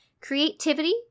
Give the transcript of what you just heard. Creativity